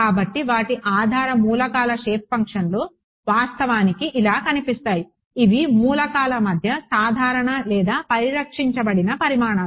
కాబట్టి వాటి ఆధార మూలకాల షేప్ ఫంక్షన్లు వాస్తవానికి ఇలా కనిపిస్తాయి ఇవి మూలకాల మధ్య సాధారణ లేదా సంరక్షించబడిన పరిమాణాలు